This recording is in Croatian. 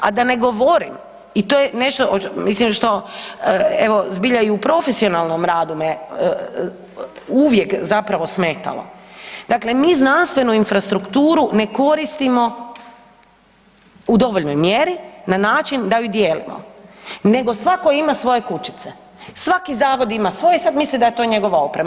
A da ne govorim i to je nešto mislim što evo zbilja i u profesionalnom radu me uvijek zapravo smetalo, dakle mi znanstvenu infrastrukturu ne koristimo u dovoljnoj mjeri na način da ju dijelimo nego svako ima svoje kućice, svaki zavod ima svoje i sad misli da je to njegova oprema.